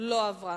לא עברה.